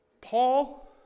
Paul